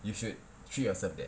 you should treat yourself that